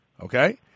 okay